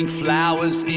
flowers